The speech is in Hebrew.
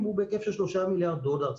הוא בהיקף של 3 מיליארד דולר.